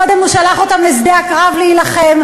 קודם הוא שלח אותם לשדה-הקרב להילחם,